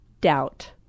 doubt